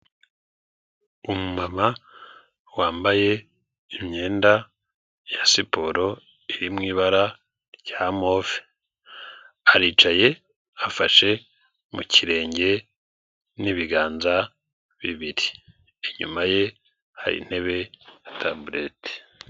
Umumama wambaye imyenda ya siporo iri mu ibara rya move, aricaye afashe mu kirenge n'ibiganza bibiri, inyuma ye hari intebe ya tabureti.